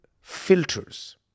filters